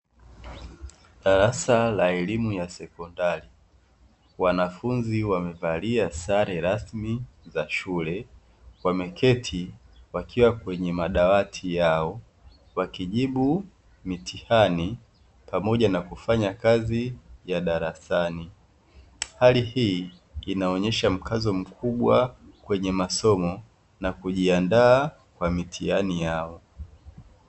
Darasa la elimu ya sekondari, wanafunzi wamevalia sare rasmi za shule, wameketi wakiwa kwenye madawati yao wakijibu mitihani pamoja na kufanya kazi ya darasani. Hali hii inaonesha mkazo mkubwa kwenye masomo na kujiandaa kwa mitihani yao.